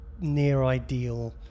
near-ideal